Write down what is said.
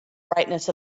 brightness